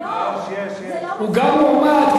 זה לא מספיק, הוא גם מועמד.